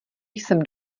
jsem